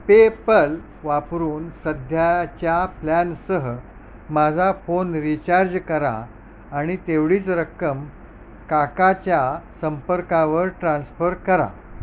PayPal वापरून सध्याच्या प्लॅनसह माझा फोन रिचार्ज करा आणि तेवढीच रक्कम काकाच्या संपर्कावर ट्रान्स्फर करा